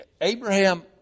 Abraham